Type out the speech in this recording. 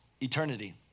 eternity